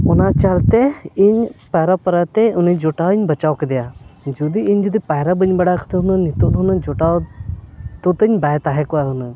ᱚᱱᱟ ᱪᱟᱞᱛᱮ ᱤᱧ ᱯᱟᱭᱨᱟ ᱯᱚᱨᱟᱛᱮ ᱩᱱᱤ ᱡᱚᱴᱟᱣᱤᱧ ᱵᱟᱧᱪᱟᱣ ᱠᱮᱫᱮᱭᱟ ᱡᱩᱫᱤ ᱤᱧ ᱡᱩᱫᱤ ᱯᱟᱭᱨ ᱵᱟᱹᱧ ᱵᱟᱲᱟ ᱠᱟᱛᱮᱫ ᱦᱩᱱᱟᱹᱝ ᱱᱤᱛᱳᱜ ᱦᱩᱱᱟᱹᱝ ᱡᱚᱴᱟᱣ ᱫᱚᱛᱟᱹᱧ ᱵᱟᱭ ᱛᱟᱦᱮᱸ ᱠᱚᱜᱼᱟ ᱦᱩᱱᱟᱹᱝ